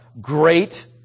great